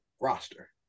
roster